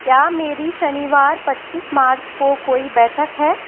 क्या मेरी शनिवार पच्चीस मार्च को कोई बैठक है